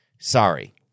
Sorry